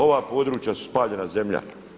Ova područja su spaljena zemlja.